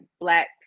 Black